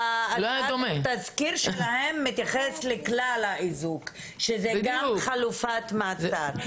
התזכיר שלהם מתייחס לכלל האיזוק שזה גם חלופת מעצר.